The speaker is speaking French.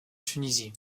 tunisie